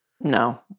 No